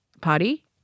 potty